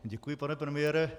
Děkuji, pane premiére.